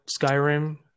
Skyrim